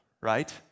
right